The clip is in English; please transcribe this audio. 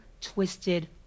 twisted